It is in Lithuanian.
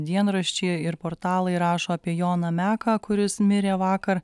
dienraščiai ir portalai rašo apie joną meką kuris mirė vakar